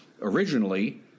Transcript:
originally